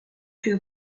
two